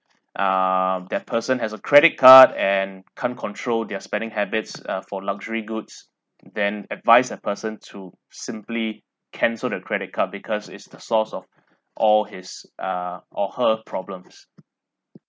um that person has a credit card and can't control their spending habits uh for luxury goods then advise the person to simply cancel the credit card because is the source of all his uh or her problems